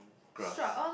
grass